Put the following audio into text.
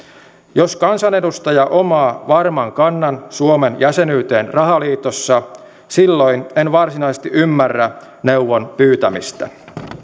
jos kansanedustaja omaa varman kannan suomen jäsenyyteen rahaliitossa silloin en varsinaisesti ymmärrä neuvon pyytämistä